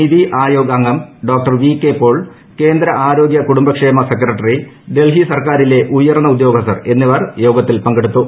നിതി ആയോഗ് അംഗം doctor V K Paul കേന്ദ്ര ആരോഗൃ കുടുംബക്ഷേമ സെക്രട്ടറി ഡൽഹി സർക്കാരിലെ ഉയർന്ന ഉദ്യോഗസ്ഥർ എന്നിവർ യോഗത്തിൽ പങ്കെടുത്തു